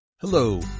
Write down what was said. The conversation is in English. Hello